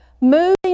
moving